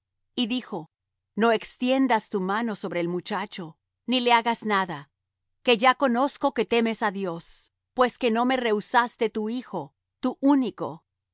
y dijo no extiendas tu mano sobre el muchacho ni le hagas nada que ya conozco que temes á dios pues que no me rehusaste tu hijo tu único